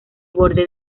borde